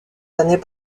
années